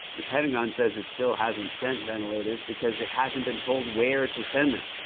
the pentagon says it still hasn't sent ventilators because it hasn't been told where to send them.